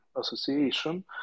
Association